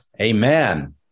Amen